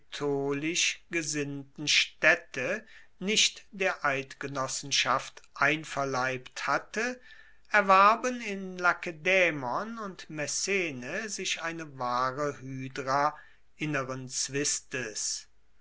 gesinnten staedte nicht der eidgenossenschaft einverleibt hatte erwarben in lakedaemon und messene sich eine wahre hydra inneren zwistes